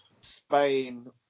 Spain